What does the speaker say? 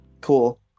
Cool